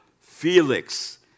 Felix